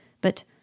But